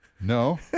No